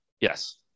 Yes